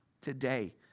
today